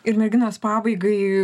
ir merginos pabaigai